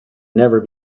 never